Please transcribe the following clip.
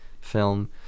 film